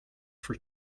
for